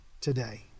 today